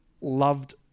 loved